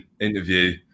interview